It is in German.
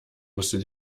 musste